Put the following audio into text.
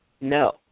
No